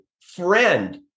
friend